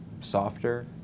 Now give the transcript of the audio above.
softer